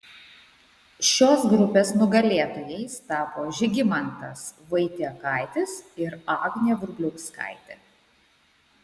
šios grupės nugalėtojais tapo žygimantas vaitiekaitis ir agnė vrubliauskaitė